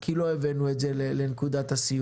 כי לא הבאנו את זה לנקודת הסיום.